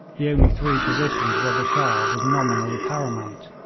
the only three positions where the shah was nominally paramount,